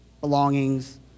Belongings